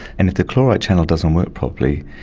and if the chloride channel doesn't work properly,